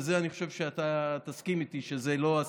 בזה אני חושב שאתה תסכים איתי, שזה לא הסיטואציה.